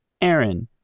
Aaron